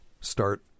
start